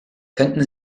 könnten